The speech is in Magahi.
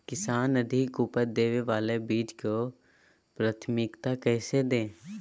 किसान अधिक उपज देवे वाले बीजों के प्राथमिकता कैसे दे?